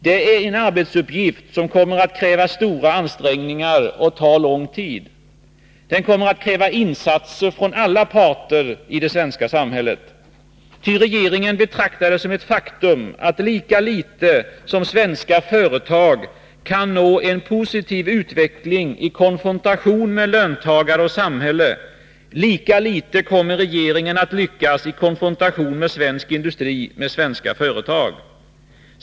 Det är en arbetsuppgift som kommer att kräva stora ansträngningar och ta lång tid. Den kommer att kräva insatser från alla parter i det svenska samhället. Ty regeringen betraktar det som ett faktum att lika litet som svenska företag kan nå en positiv utveckling i konfrontation med löntagare och samhälle, lika litet kommer regeringen att lyckas i konfrontation med svensk industri, med svenska företag.